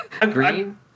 Green